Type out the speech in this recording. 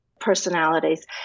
personalities